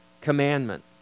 commandment